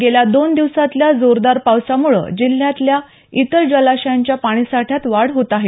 गेल्या दोन दिवसातल्या जोरदार पावसामुळे जिल्ह्यातल्या इतर जलाशयांच्या पाणीसाठ्यात वाढ होत आहे